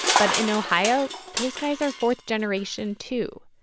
but in ohio, those guys are fourth generation, too.